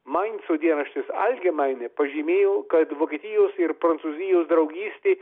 mainco dienraštis algemainė pažymėjo kad vokietijos ir prancūzijos draugystė